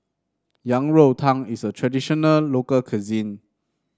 Yang Rou Tang is a traditional local cuisine